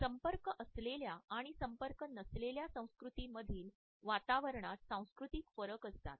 संपर्क असलेल्या आणि संपर्क नसलेल्या संस्कृती मधील वातावरणात सांस्कृतिक फरक असतात